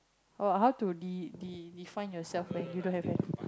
oh how to de~ de~ define yourself when you don't have any